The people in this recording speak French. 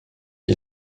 est